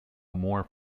more